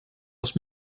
als